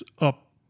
up